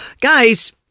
Guys